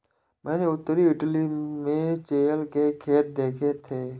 मैंने उत्तरी इटली में चेयल के खेत देखे थे